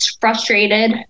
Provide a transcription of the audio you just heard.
frustrated